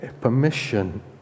permission